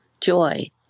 joy